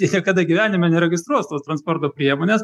jie niekada gyvenime neregistruos tos transporto priemonės